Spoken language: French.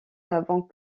avant